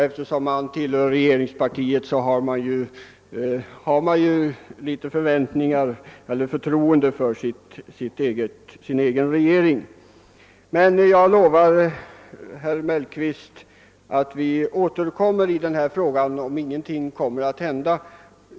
När man tillhör regeringspartiet har man ju ett visst förtroende för sin egen regering. Men jag lovar herr Mellqvist att vi återkommer i frågan om ingenting händer.